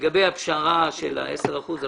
לגבי הפשרה של ה-10 אחוזים,